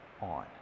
on